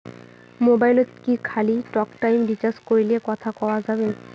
মোবাইলত কি খালি টকটাইম রিচার্জ করিলে কথা কয়া যাবে?